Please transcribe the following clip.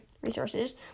resources